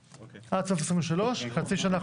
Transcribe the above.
עד סוף 2023. חצי שנה,